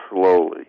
slowly